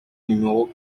numéro